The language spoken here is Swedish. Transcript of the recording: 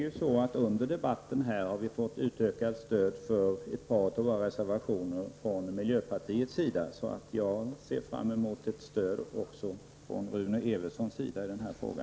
Under debatten har vi fått ökat stöd från miljöpartiet för ett par av våra reservationer. Jag ser därför fram emot ett stöd även från Rune Evensson i denna fråga.